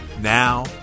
Now